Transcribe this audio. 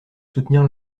soutenir